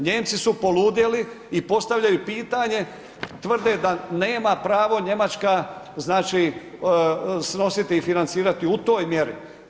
Nijemci su poludjeli i postavljaju pitanje, tvrde da nema pravo Njemačka, znači snositi i financirati u toj mjeri.